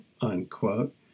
unquote